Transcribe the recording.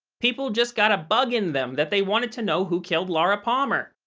people just got a bug in them that they wanted to know who killed laura palmer.